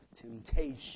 temptation